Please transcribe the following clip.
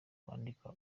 kwandika